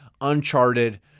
Uncharted